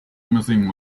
missing